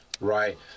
right